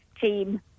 team